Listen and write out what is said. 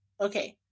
okay